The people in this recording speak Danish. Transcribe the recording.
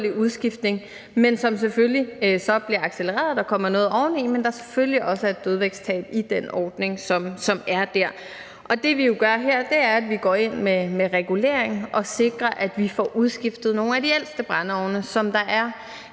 udskiftning, men som så selvfølgelig bliver accelereret. Der kommer noget oveni. Men der er selvfølgelig også et dødvægtstab i den ordning, som er der. Det, vi jo gør her, er, at vi går ind med regulering og sikrer, at vi får udskiftet nogle af de ældste brændeovne, som der er